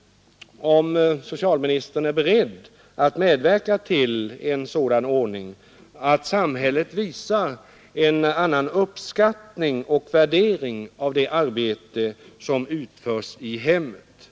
— om socialministern är beredd att medverka till en sådan ordning att samhället visar en annan uppskattning och värdering av det arbete som utförs i hemmet.